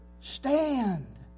stand